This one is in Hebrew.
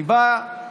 אני בא,